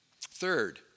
Third